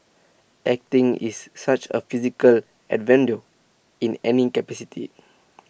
acting is such A physical in any capacity